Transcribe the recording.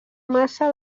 massa